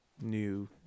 new